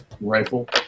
rifle